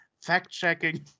fact-checking